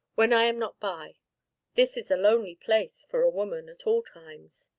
when i am not by this is a lonely place for a woman at all times.